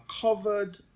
covered